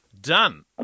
Done